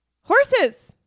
Horses